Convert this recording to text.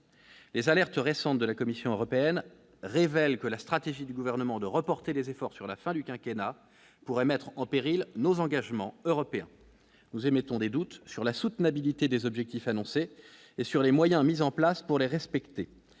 les alertes récentes de la Commission européenne, révèle que la stratégie du gouvernement de reporter les efforts sur la fin du quinquennat pourrait mettre en péril nos engagements européens, nous émettons des doutes sur la soutenabilité des objectifs annoncés et sur les moyens mis en place pour les respecter,